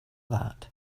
that